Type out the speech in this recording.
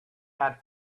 had